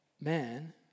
man